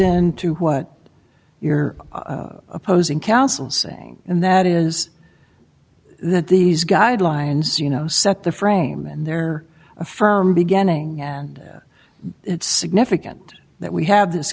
into what your opposing counsel saying and that is that these guidelines you know set the frame and they're a firm beginning and it's significant that we have this